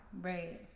Right